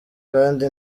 kandi